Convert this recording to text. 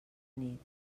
nit